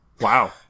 Wow